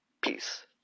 Peace